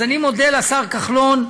אז אני מודה לשר כחלון,